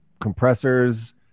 Compressors